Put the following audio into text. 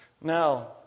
Now